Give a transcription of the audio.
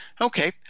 okay